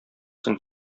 соң